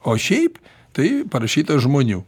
o šiaip tai parašyta žmonių